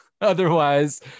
otherwise